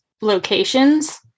locations